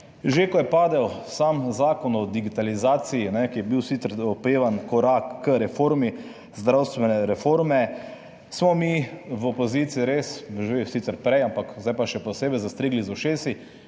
Že ko je padel sam Zakon o digitalizaciji, ki je bil sicer opevan korak k reformi zdravstvene reforme, smo mi v opoziciji, res že sicer prej, ampak zdaj pa še posebej zastrigli z ušesi,